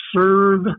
serve